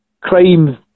crime